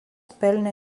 pelnė